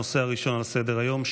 הנושא הראשון על סדר-היום,